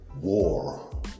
war